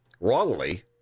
wrongly